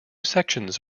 sections